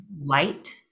light